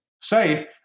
safe